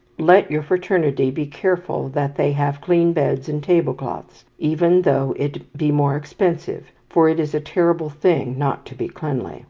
let your fraternity be careful that they have clean beds and tablecloths, even though it be more expensive, for it is a terrible thing not to be cleanly